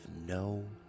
no